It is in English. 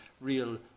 real